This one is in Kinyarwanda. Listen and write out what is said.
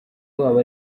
wabo